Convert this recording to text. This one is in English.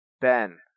Ben